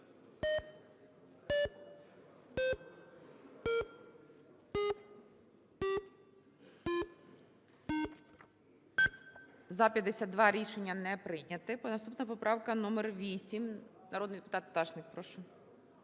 За-52 Рішення не прийнято. Наступна поправка - номер 8. Народний депутат Пташник, прошу.